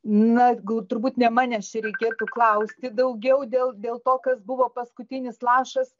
na turbūt ne manęs čia reikėtų klausti daugiau dėl dėl to kas buvo paskutinis lašas